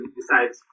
decides